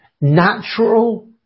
natural